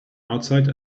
outside